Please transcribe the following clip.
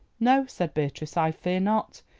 no, said beatrice, i fear not.